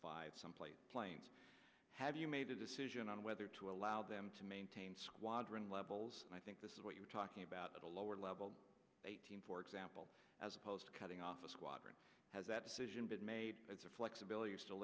five someplace planes have you made a decision on whether to allow them to maintain squadron levels and i think this is what you're talking about at a lower level eighteen for example as opposed to cutting off a squadron has that decision been made as a flexibility